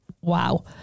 wow